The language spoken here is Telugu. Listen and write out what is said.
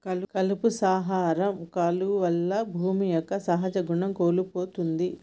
కలుపు సంహార కాలువల్ల భూమి యొక్క సహజ గుణం కోల్పోతుంది